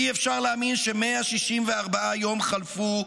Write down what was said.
אי-אפשר להאמין ש-164 יום חלפו,